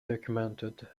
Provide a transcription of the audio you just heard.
documented